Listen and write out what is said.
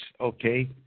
okay